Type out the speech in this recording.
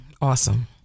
Awesome